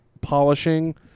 polishing